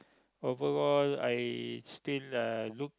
overall I still uh look